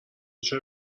چرا